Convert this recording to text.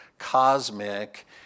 cosmic